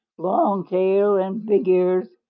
long tail and big ears,